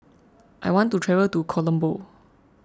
I want to travel to Colombo